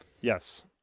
Yes